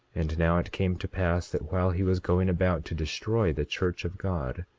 and now it came to pass that while he was going about to destroy the church of god,